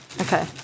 Okay